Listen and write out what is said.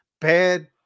Bad